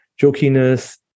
jokiness